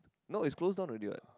no it's closed down already what